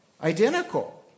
identical